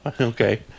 okay